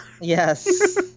Yes